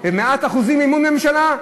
הם 100% מימון ממשלה,